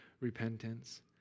repentance